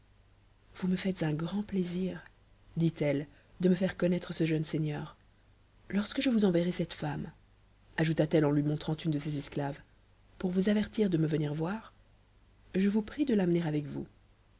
vous me faites un grand plaisir dit-elle de me faire connaître ce jeune seigneur lorsque je vous enverrai cette femme ajouta-t-elle en lui montrant une de ses esclaves pour vous avertir de me venir voir je vous prie de l'amener avec vous